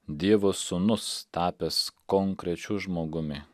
dievo sūnus tapęs konkrečiu žmogumi